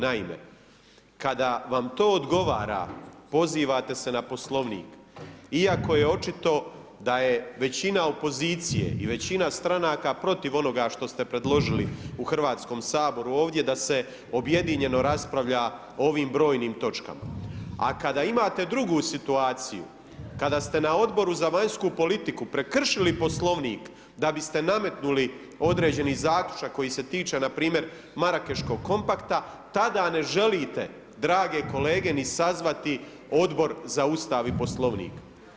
Naime, kada vam to odgovara pozivate se na poslovnik iako je očito da je većina opozicije i većina stranaka protiv onoga što ste predložili u Hrvatskom saboru ovdje da se objedinjeno raspravlja o ovim brojnim točkama, a kada imate drugu situaciju kada ste na Odboru za vanjsku politiku prekršili Poslovnik da biste nametnuli određeni zaključak koji se tiče npr. Marakeškog kompakta tada ne želite drage kolege ni sazvati Odbor za ustav i poslovnik.